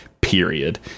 period